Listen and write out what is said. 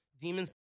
Demons